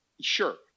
Sure